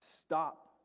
Stop